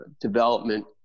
development